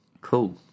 Cool